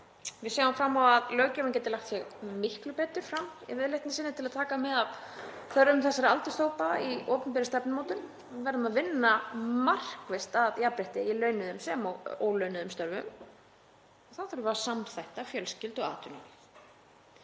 Við sjáum fram á að löggjafinn geti lagt sig miklu betur fram í viðleitni sinni til að taka mið af þörfum þessara aldurshópa í opinberri stefnumótun. Við verðum að vinna markvisst að jafnrétti í launuðum sem og ólaunuðum störfum og þá þurfum við að samþætta fjölskyldu- og atvinnulíf.